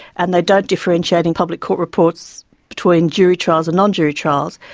and they don't differentiate in public court reports between jury trials and non-jury trials,